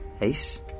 Ace